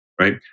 right